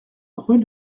rue